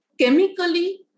chemically